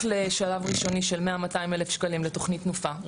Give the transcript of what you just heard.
רק לשלב ראשוני של 100-200 אלף שקלים לתוכנית תנופה.